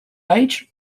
page